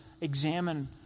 examine